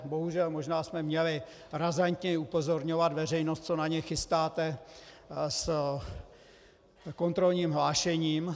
Bohužel, možná jsme měli razantněji upozorňovat veřejnost, co na ně chystáte s kontrolním hlášením.